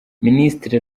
minisitiri